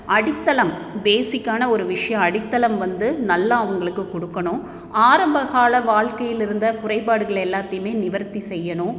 அடித்தளம் பேசிக்கான ஒரு விஷ்யம் அடித்தளம் வந்து நல்லா அவங்களுக்கு கொடுக்குணும் ஆரம்பகால வாழ்க்கையில் இருந்த குறைபாடுகளை எல்லாத்தையுமே நிவர்த்தி செய்யணும்